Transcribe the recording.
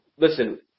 Listen